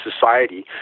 society